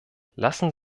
lassen